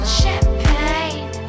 champagne